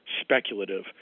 speculative